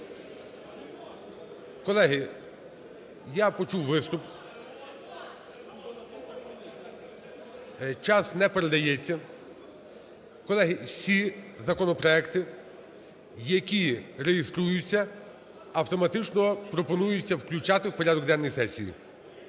Колеги, я почув виступ. Час не передається. Колеги, всі законопроекти, які реєструються автоматично пропонується включати у порядок денний сесії.